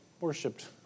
worshipped